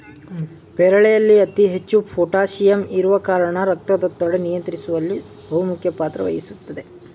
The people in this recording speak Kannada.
ಪೇರಳೆಯಲ್ಲಿ ಅತಿ ಹೆಚ್ಚು ಪೋಟಾಸಿಯಂ ಇರುವ ಕಾರಣ ರಕ್ತದೊತ್ತಡ ನಿಯಂತ್ರಿಸುವಲ್ಲಿ ಬಹುಮುಖ್ಯ ಪಾತ್ರ ವಹಿಸ್ತದೆ